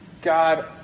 God